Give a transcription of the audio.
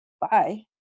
bye